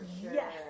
Yes